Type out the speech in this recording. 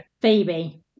Phoebe